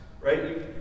right